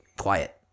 Quiet